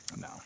No